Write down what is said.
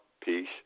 Peace